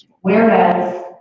Whereas